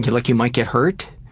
like you might get hurt?